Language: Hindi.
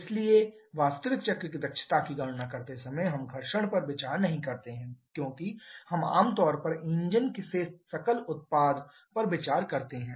इसलिए वास्तविक चक्र की दक्षता की गणना करते समय हम घर्षण पर विचार नहीं करते हैं क्योंकि हम आम तौर पर इंजन से सकल उत्पादन पर विचार करते हैं